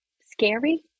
scary